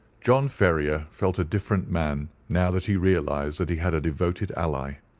john ferrier felt a different man now that he realized that he had a devoted ally.